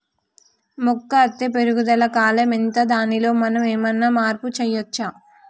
మొక్క అత్తే పెరుగుదల కాలం ఎంత దానిలో మనం ఏమన్నా మార్పు చేయచ్చా?